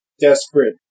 desperate